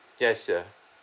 yes ah